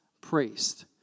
priest